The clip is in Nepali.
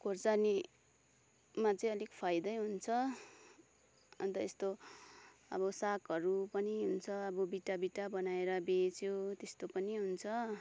खोर्सानीमा चाहिँ अलिक फाइदै हुन्छ अन्त यस्तो अब सागहरू पनि हुन्छ अब बिटा बिटा बनाएर बेच्यो त्यस्तो पनि हुन्छ